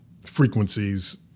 frequencies